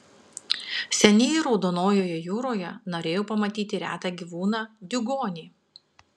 seniai raudonojoje jūroje norėjau pamatyti retą gyvūną diugonį